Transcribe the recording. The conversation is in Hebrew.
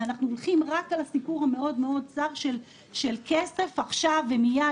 ואנחנו הולכים רק על הסיפור המאוד מאוד צר של כסף עכשיו ומייד.